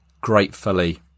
gratefully